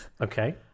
Okay